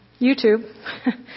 YouTube